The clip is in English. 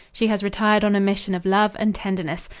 she has retired on a mission of love and tenderness.